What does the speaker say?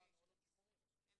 שהוא לא המעונות השיקומיים, בוודאי.